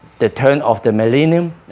the turn of the millennium